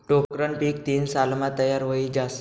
टोक्करनं पीक तीन सालमा तयार व्हयी जास